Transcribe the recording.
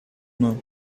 nom